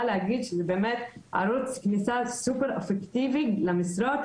להגיד שזה ערוץ קליטה סופר אפקטיבי למשרות,